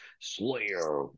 Slayer